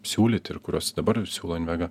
siūlyti ir kuriuos dabar siūlo invega